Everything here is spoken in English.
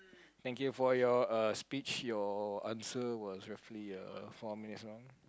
thank you for your uh speech your answer was roughly uh four minutes long